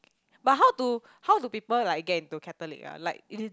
but how do how do people like get into Catholic ah like